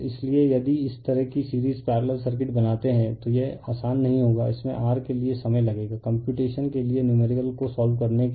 इसलिए यदि इस तरह की सीरीज पैरेलल सर्किट बनाते हैं तो यह आसान नहीं होगा इसमें r के लिए समय लगेगा कम्प्यूटेशन के लिए नुमेरिकल को सोल्व करने के लिए